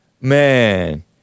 Man